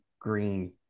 Green